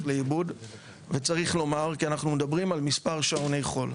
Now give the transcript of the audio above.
לאיבוד וצריך לומר שאנחנו מדברים על מספר שעוני חול.